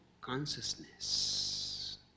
consciousness